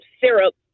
syrup